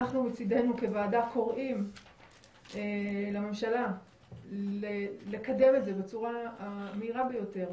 אנחנו מצדנו כוועדה קוראים לממשלה לקדם את זה בצורה המהירה ביותר,